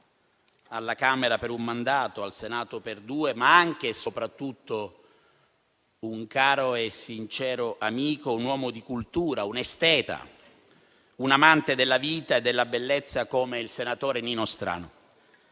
alla Camera per un mandato e al Senato per due, ma anche e soprattutto un caro e sincero amico, un uomo di cultura, un esteta, un amante della vita e della bellezza come il senatore Nino Strano.